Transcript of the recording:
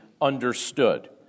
understood